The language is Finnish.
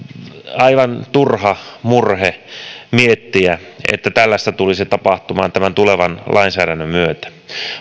aivan turha murhe miettiä että tällaista tulisi tapahtumaan tämän tulevan lainsäädännön myötä